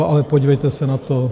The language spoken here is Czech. Ale podívejte se na to.